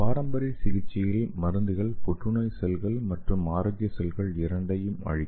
பாரம்பரிய சிகிச்சையில் மருந்துகள் புற்றுநோய் செல்கள் மற்றும் ஆரோக்கியமான செல்கள் இரண்டையும் அழிக்கும்